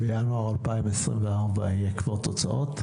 בינואר 24 יהיו כבר תוצאות?